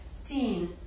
Seen